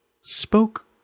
spoke